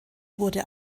wurde